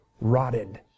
rotted